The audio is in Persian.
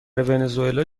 ونزوئلا